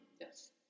Yes